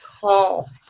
call